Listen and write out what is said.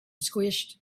squished